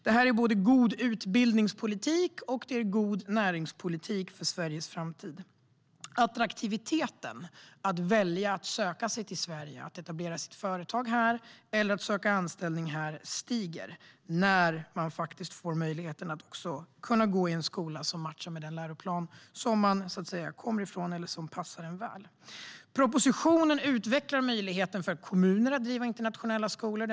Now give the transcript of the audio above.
Detta är både god utbildningspolitik och god näringspolitik. Attraktiviteten för att placera sitt företag här i Sverige eller att söka anställning här stiger när man också får möjlighet att gå i en skola med en läroplan som matchar det land man kommer ifrån eller som passar en väl. Propositionen utvecklar möjligheten för kommuner att driva internationella skolor.